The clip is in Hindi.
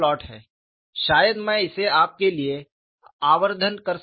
शायद मैं इसे आपके लिए आवर्धन कर सकता हूं